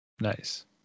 Nice